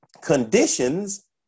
conditions